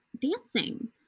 dancing